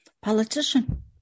politician